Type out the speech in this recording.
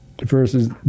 versus